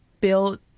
build